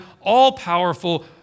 all-powerful